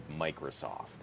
Microsoft